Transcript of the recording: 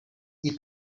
you